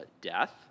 death